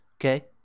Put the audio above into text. Okay